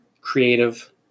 creative